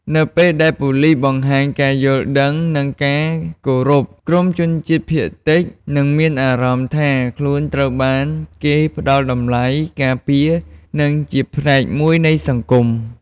នៅពេលដែលប៉ូលិសបង្ហាញការយល់ដឹង និងការគោរព ក្រុមជនជាតិភាគតិចនឹងមានអារម្មណ៍ថាខ្លួនត្រូវបានគេផ្តល់តម្លៃ ការពារ និងជាផ្នែកមួយនៃសង្គម។